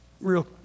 real